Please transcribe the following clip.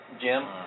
Jim